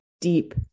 deep